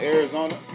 Arizona